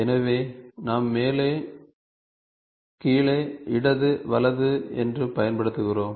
எனவே நாம் மேலே கீழே இடது வலது என்று பயன்படுத்துகிறோம்